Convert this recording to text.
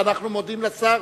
ואנחנו מודים לשר,